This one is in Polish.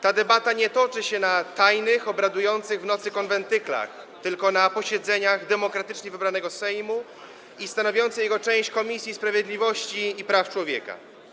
Ta debata nie toczy się na tajnych, obradujących w nocy konwentyklach, tylko na posiedzeniach demokratycznie wybranego Sejmu i stanowiącej jego część Komisji Sprawiedliwości i Praw Człowieka.